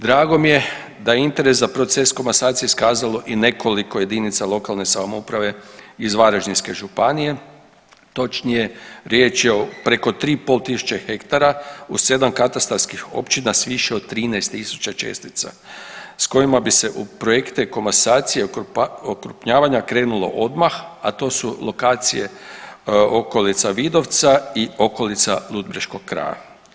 Drago mi je da interes za proces komasacije iskazalo i nekoliko jedinice lokalne samouprave iz Varaždinske županije, točnije riječ je o preko 3.500 hektara u 7 katastarskih općina s više od 13 tisuća čestica s kojima bi se u projekte komasacije okrupnjavanja krenulo odmah, a to su lokacije okolica Vidovca i okolica Ludbreškog kraja.